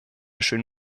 schön